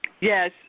Yes